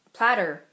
Platter